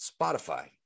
spotify